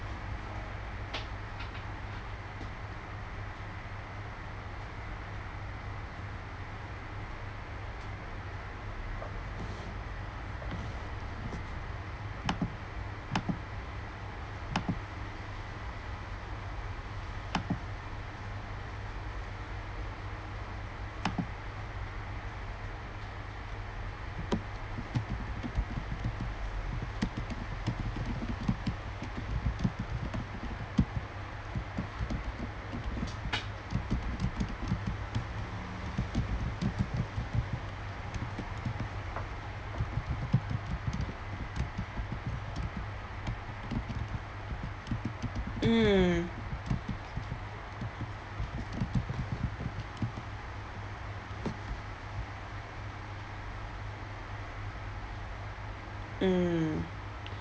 mm mm